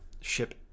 ship